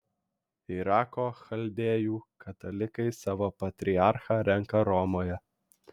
irako chaldėjų katalikai savo patriarchą renka romoje